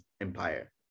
empire